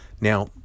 now